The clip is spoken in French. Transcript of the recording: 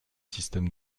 système